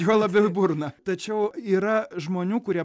juo labiau į burną tačiau yra žmonių kurie